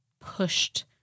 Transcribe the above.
pushed